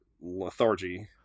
lethargy